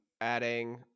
adding